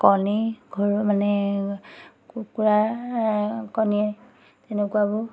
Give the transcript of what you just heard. কণী ঘৰুৱা মানে কুকুৰাৰ কণীয়ে তেনেকুৱাবোৰ